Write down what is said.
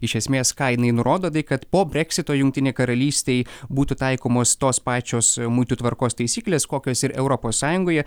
iš esmės ką jinai nurodo tai kad po breksito jungtinei karalystei būtų taikomos tos pačios muitų tvarkos taisyklės kokios ir europos sąjungoje